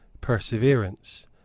perseverance